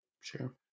Sure